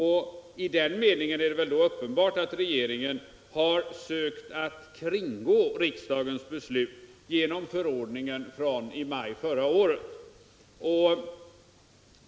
I den meningen är det väl uppenbart att regeringen har sökt att kringgå riksdagens beslut genom förordningen från maj förra året.